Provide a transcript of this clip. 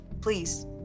please